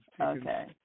okay